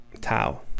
Tau